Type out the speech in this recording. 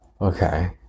okay